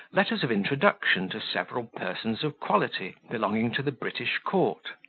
letters of introduction to several persons of quality belonging to the british court.